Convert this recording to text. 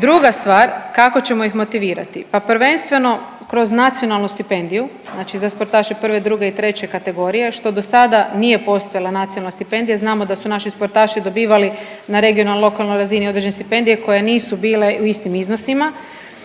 Druga stvar kako ćemo ih motivirati? Pa prvenstveno kroz nacionalnu stipendiju, znači za sportaše prve, druge i treće kategorije što do sada nije postojala nacionalna stipendija. Znamo da su naši sportaši dobivali na regionalnoj, lokalnoj razini određene stipendije koje nisu bile u istim iznosima